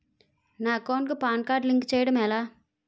నా అకౌంట్ కు PAN card link చేయడం ఎలా?